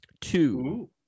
two